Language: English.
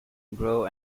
grow